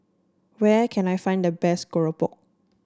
where can I find the best Keropok